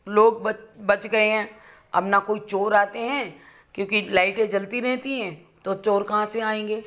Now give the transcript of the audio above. लोग बत बच गए हैं अब न कोई चोर आते हैं क्योंकि लाइटें जलती रहती है तो चोर कहाँ से आएँगे